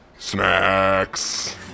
Snacks